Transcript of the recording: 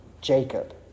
Jacob